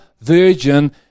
virgin